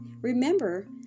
remember